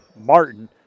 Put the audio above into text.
Martin